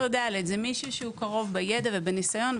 בשביל זה יש 18ד. זה מישהו שהוא קרוב בידע ובניסיון,